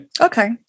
Okay